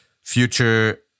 future